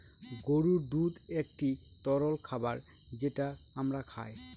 গরুর দুধ একটি তরল খাবার যেটা আমরা খায়